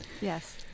Yes